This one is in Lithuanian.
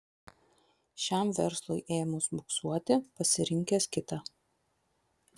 šiam verslui ėmus buksuoti pasirinkęs kitą